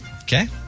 Okay